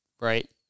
Right